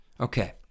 Okay